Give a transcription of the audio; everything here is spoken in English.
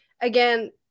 again